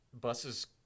buses